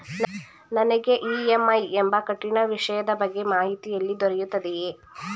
ನನಗೆ ಇ.ಎಂ.ಐ ಎಂಬ ಕಠಿಣ ವಿಷಯದ ಬಗ್ಗೆ ಮಾಹಿತಿ ಎಲ್ಲಿ ದೊರೆಯುತ್ತದೆಯೇ?